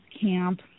camp